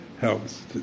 helps